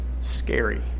scary